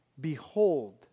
behold